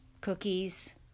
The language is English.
cookies